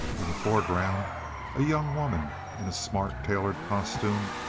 in the foreground a young woman in a smart tailored costume,